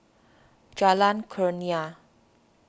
Jalan Kurnia